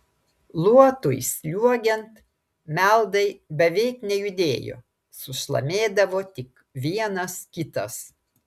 luotui sliuogiant meldai beveik nejudėjo sušlamėdavo tik vienas kitas